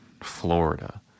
Florida